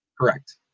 correct